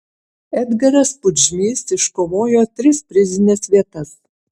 edgaras pudžmys iškovojo tris prizines vietas